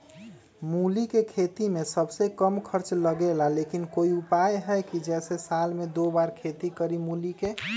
मूली के खेती में सबसे कम खर्च लगेला लेकिन कोई उपाय है कि जेसे साल में दो बार खेती करी मूली के?